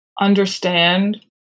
understand